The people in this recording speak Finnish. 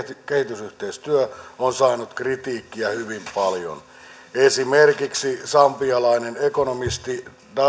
kehitysyhteistyö on saanut kritiikkiä hyvin paljon esimerkiksi sambialainen ekonomisti